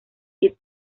east